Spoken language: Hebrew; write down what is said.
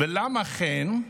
ולמה כן?